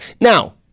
Now